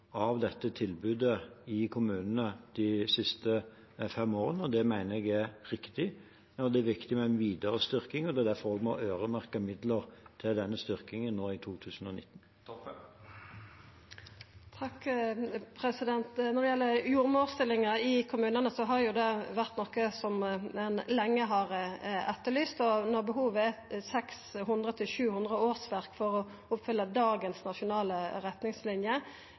av dette tilbudet i kommunene de siste fem årene. Det mener jeg er riktig, og det er viktig med en videre styrking, og det er derfor vi må øremerke midler til denne styrkingen i 2019. Når det gjeld jordmorstillingar i kommunane, er jo det noko ein har etterlyst lenge. Når behovet er 600–700 årsverk for å oppfylla dagens nasjonale retningslinjer,